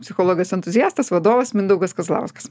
psichologijos entuziastas vadovas mindaugas kazlauskas